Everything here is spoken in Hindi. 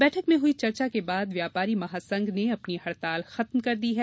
बैठक में हुई चर्चा के बाद व्यापारी महासंघ ने अपनी हड़ताल खत्म कर दी है